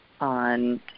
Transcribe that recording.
on